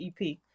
ep